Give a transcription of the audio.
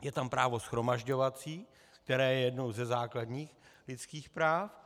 Je tam právo shromažďovací, které je jedním ze základních lidských práv.